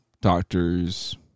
doctors